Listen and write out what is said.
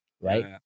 right